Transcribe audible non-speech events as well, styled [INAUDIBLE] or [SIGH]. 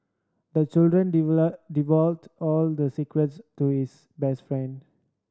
the children [UNINTELLIGIBLE] all the secrets to his best friend